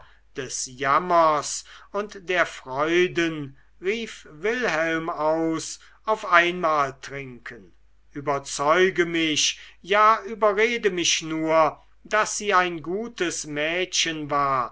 des jammers und der freuden rief wilhelm aus auf einmal trinken überzeuge mich ja überrede mich nur daß sie ein gutes mädchen war